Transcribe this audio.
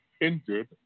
injured